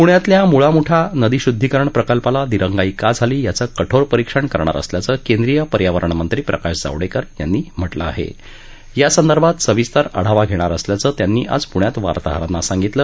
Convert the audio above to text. पुण्यातल्या मुळा मुठा नदी शुद्धीकरण प्रकल्पाला दिरंगाई का झाली याचं कठोर परीक्षण करणार असल्याचं केंद्रीय पर्यावरणमंत्री प्रकाश जावडक्कर यांनी म्हटलं आहा मा संदर्भात सविस्तर आढावा घण्णर असल्याचं त्यांनी आज पुण्यात वार्ताहरांना सांगितलं